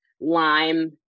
lime